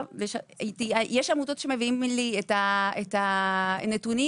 יש עמותות שמביאות לי את הנתונים,